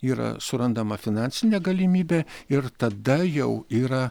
yra surandama finansinė galimybė ir tada jau yra